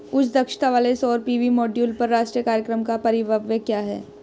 उच्च दक्षता वाले सौर पी.वी मॉड्यूल पर राष्ट्रीय कार्यक्रम का परिव्यय क्या है?